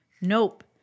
nope